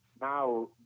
now